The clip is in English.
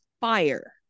fire